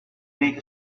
make